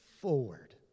forward